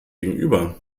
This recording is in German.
gegenüber